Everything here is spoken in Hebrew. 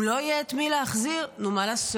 אם לא יהיה את מי להחזיר נו, מה לעשות?